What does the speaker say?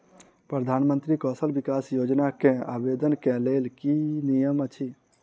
प्रधानमंत्री कौशल विकास योजना केँ आवेदन केँ लेल की नियम अछि?